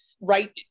right